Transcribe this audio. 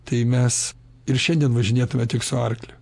tai mes ir šiandien važinėtume tik su arkliu